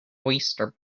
oyster